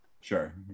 sure